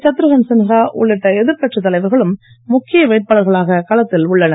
சத்ருகன் சின்ஹா உள்ளிட்ட எதிர்க்கட்சித் தலைவர்களும் முக்கிய வேட்பாளர்களாக களத்தில் உள்ளனர்